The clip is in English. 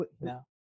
No